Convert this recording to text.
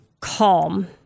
calm